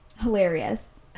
hilarious